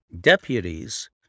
deputies